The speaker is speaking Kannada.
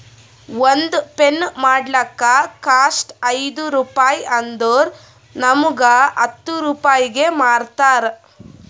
ಒಂದ್ ಪೆನ್ ಮಾಡ್ಲಕ್ ಕಾಸ್ಟ್ ಐಯ್ದ ರುಪಾಯಿ ಆದುರ್ ನಮುಗ್ ಹತ್ತ್ ರೂಪಾಯಿಗಿ ಮಾರ್ತಾರ್